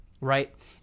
right